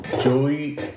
Joey